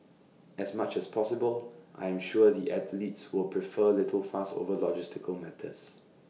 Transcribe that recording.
as much as possible I am sure the athletes will prefer little fuss over logistical matters